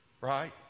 right